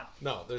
No